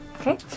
Okay